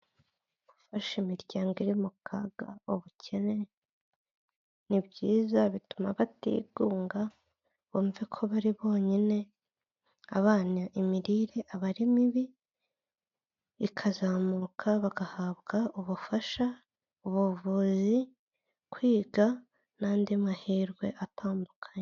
Gufasha imiryango iri mu kaga ubukene ni byiza, bituma batigunga bumve ko bari bonyine, abana imirire aba ari mibi, ikazamuka, bagahabwa ubufasha, ubuvuzi, kwiga n'andi mahirwe atandukanye.